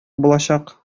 булачак